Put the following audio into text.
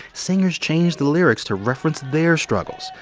singers changed the lyrics to reference their struggles.